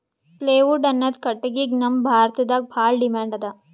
plywood ಅನ್ನದ್ ಕಟ್ಟಗಿಗ್ ನಮ್ ಭಾರತದಾಗ್ ಭಾಳ್ ಡಿಮ್ಯಾಂಡ್ ಅದಾ